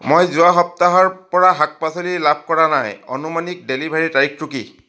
মই যোৱা সপ্তাহৰ পৰা শাক পাচলি লাভ কৰা নাই আনুমানিক ডেলিভাৰীৰ তাৰিখটো কি